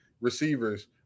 receivers